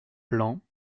plan